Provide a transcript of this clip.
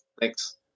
Thanks